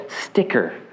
sticker